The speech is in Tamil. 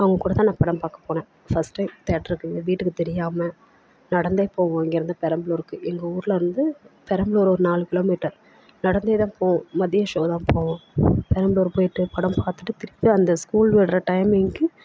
அவங்கக் கூட தான் நான் படம் பார்க்க போனேன் ஃபஸ்ட் டைம் தேட்டருக்கு எங்கள் வீட்டுக்கு தெரியாமல் நடந்தே போவோம் இங்கேயிருந்து பெரம்பலூருக்கு எங்கள் ஊர்லேருந்து பெரம்பலூர் ஒரு நாலு கிலோமீட்டர் நடந்தே தான் போவோம் மதிய ஷோ தான் போவோம் பெரம்பலூர் போய்ட்டு படம் பார்த்துட்டு திருப்பி அந்த ஸ்கூல் விடுற டைமிங்குக்கு